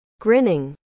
Grinning